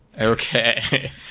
okay